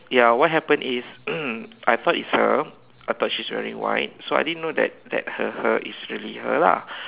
ya what happened is I thought it's her I thought she is wearing white so I didn't know that that her her is really her lah